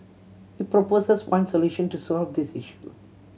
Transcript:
he proposes one solution to solve this issue